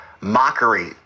mockery